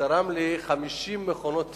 שתרם לי 50 מכונות תפירה.